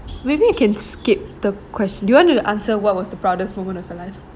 maybe you can skip the question do you want to answer what was the proudest moment of your life